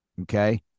Okay